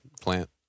plant